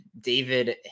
David